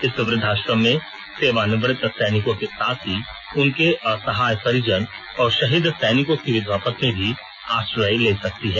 इस वृद्धाश्रम में सेवानिवृत सैनिकों के साथ ही उनके असहाय परिजन और शहीद सैनिकों की विधवा पत्नी भी आश्रय ले सकती हैं